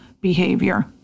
behavior